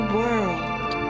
world